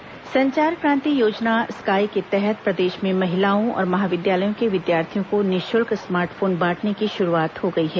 sky तिहार संचार क्रांति योजना स्काई के तहत प्रदेश में महिलाओं और महाविद्यालयों के विद्यार्थियों को निःशुल्क स्मार्ट फोन बांटने की शुरूआत हो गई है